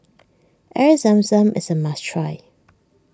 Air Zam Zam is a must try